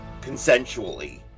consensually